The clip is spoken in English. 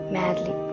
madly